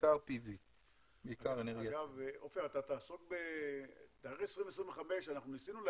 בעיקר PV. אגב, האם התאריך 2025 היה